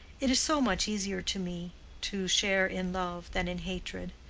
it is so much easier to me to share in love than in hatred.